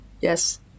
Yes